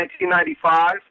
1995